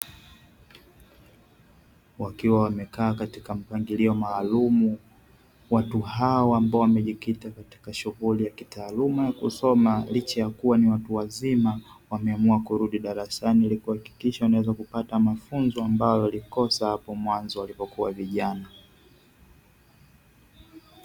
Wakiwa wamekaa katika mpangilio maalumu, watu hawa ambao wamejikita katika shughuli ya kitaaluma ya kusoma, licha ya kuwa watu wazima, wameamua kurudi darasani ili kuhakikisha wanaweza kupata mafunzo ambayo waliyakosa hapo mwanzo walipokuwa vijana.